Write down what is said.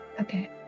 Okay